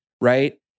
right